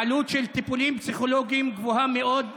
העלות של טיפולים פסיכולוגיים גבוהה מאוד,